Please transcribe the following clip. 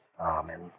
Amen